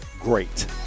great